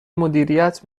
مدیریت